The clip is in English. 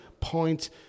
point